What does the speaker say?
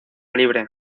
libre